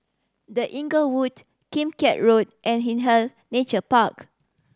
The Inglewood Kim Keat Road and Hindhede Nature Park